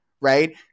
right